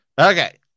Okay